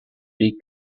big